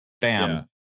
bam